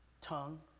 Tongue